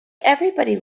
everybody